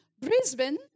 Brisbane